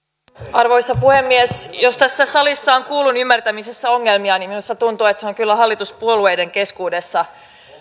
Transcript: arvoisa puhemies jos tässä salissa on kuulun ymmärtämisessä ongelmia niin minusta tuntuu että se on kyllä hallituspuolueiden keskuudessa